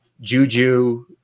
Juju